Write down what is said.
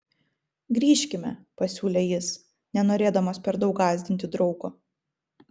grįžkime pasiūlė jis nenorėdamas per daug gąsdinti draugo